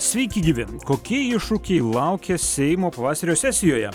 sveiki gyvi kokie iššūkiai laukia seimo pavasario sesijoje